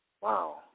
Wow